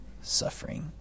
suffering